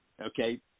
okay